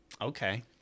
Okay